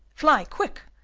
fly quick!